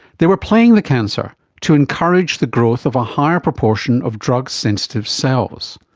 they were playing the cancer to encourage the growth of a higher proportion of drug sensitive cells.